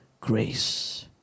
grace